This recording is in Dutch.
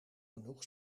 genoeg